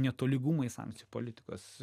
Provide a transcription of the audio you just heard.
netolygumai sankcijų politikos